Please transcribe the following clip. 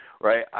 right